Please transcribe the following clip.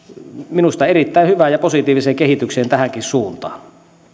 minusta erittäin hyvään ja positiiviseen kehitykseen tähänkin suuntaan